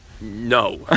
No